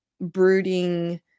brooding